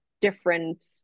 different